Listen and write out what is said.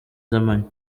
z’amanywa